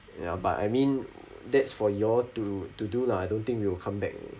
ya but I mean that's for you all to to do lah I don't think we will come back